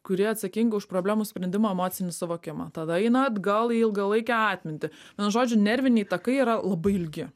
kuri atsakinga už problemų sprendimą emocinį suvokimą tada eina atgal į ilgalaikę atmintį vienu žodžiu nerviniai takai yra labai ilgi